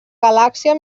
galàxia